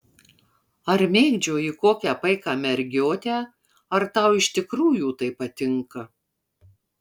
ar mėgdžioji kokią paiką mergiotę ar tau iš tikrųjų tai patinka